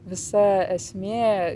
visa esmė